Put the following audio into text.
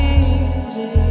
easy